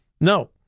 No